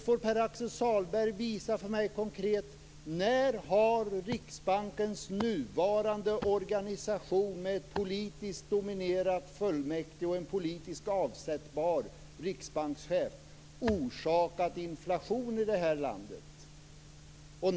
Pär Axel Sahlberg får visa för mig konkret när Riksbankens nuvarande organisation med ett politiskt dominerat fullmäktige och en politisk avsättbar riksbankschef har orsakat inflation i det här landet.